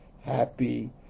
happy